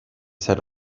set